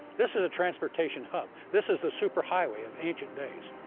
this is a transportation hub. this is the super highway of ancient days.